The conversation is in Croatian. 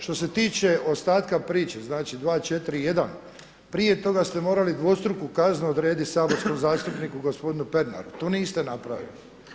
Što se tiče ostatka priče, znači 241. prije toga ste morali dvostruku kaznu odrediti saborskom zastupniku gospodinu Pernaru, to niste napravili.